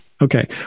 Okay